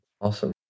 Awesome